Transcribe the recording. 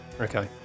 Okay